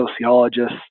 sociologists